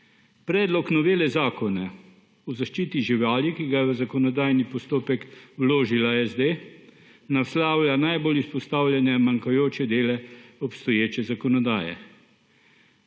Predlog novele Zakona o zaščiti živali, ki ga je v zakonodajni postopek vložila SD naslavlja najbolj izpostavljene manjkajoče dele obstoječe zakonodaje.